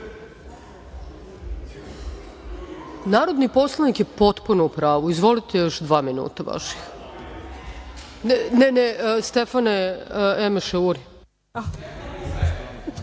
časova. Narodni poslanik je potpuno u pravu, izvolite još dva minuta vaših. Ne, ne Stefane, nego Emeše Uri.